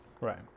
Right